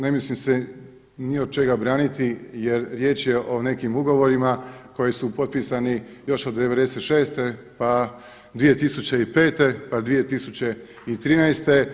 Ne mislim se ni od čega braniti, jer riječ je o nekim ugovorima koji su potpisani još od '96. pa 2005., pa 2013.